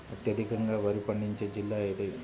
అత్యధికంగా వరి పండించే జిల్లా ఏది?